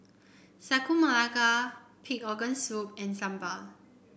Sagu Melaka Pig Organ Soup and Sambal